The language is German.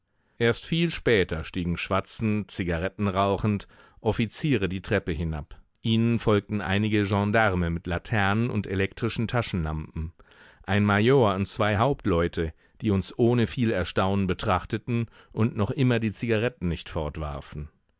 erst viel später stiegen schwatzend zigaretten rauchend offiziere die treppe hinab ihnen folgten einige gendarme mit laternen und elektrischen taschenlampen ein major und zwei hauptleute die uns ohne viel erstaunen betrachteten und noch immer die zigaretten nicht fortwarfen